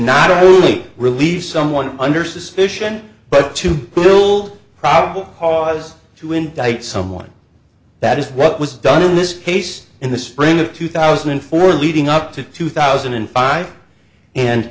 not only relieve someone under suspicion but to build probable cause to indict someone that is what was done in this case in the spring of two thousand and four leading up to two thousand and five and